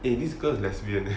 eh this girl is lesbian